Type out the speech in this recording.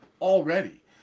already